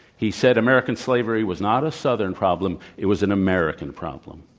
he said, american slavery was not a southern problem, it was an american problem.